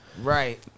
Right